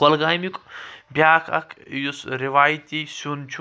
کۄلگامیُک بیاکھ اکھ یُس روایتی سیۆن چھ